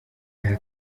nta